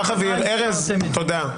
ארז, תודה.